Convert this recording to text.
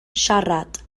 siarad